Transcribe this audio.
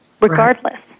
regardless